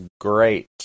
Great